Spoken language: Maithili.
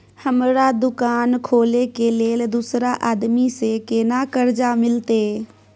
हमरा दुकान खोले के लेल दूसरा आदमी से केना कर्जा मिलते?